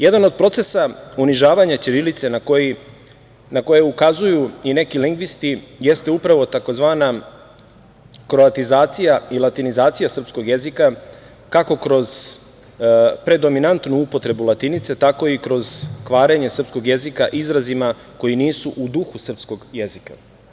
Jedan od procesa unižavanja ćirilice na koje ukazuju i neki lingvisti jeste upravo tzv. kroatizacija i latinizacija srpskog jezika kako kroz predominantnu upotrebu latinice, tako i kroz kvarenje srpskog jezika izrazima koji nisu u duhu srpskog jezika.